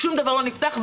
שום דבר לא נפתח,